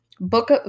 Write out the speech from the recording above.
book